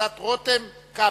קבוצת רותם-כבל.